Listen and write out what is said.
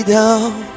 down